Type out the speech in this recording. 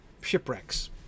shipwrecks